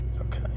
Okay